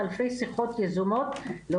יכולים לקרוא אותו,